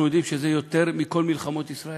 אנחנו יודעים שזה יותר מכל מלחמות ישראל.